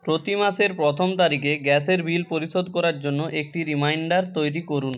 প্রতি মাসের প্রথম তারিখে গ্যাসের বিল পরিশোধ করার জন্য একটি রিমাইণ্ডার তৈরি করুন